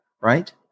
right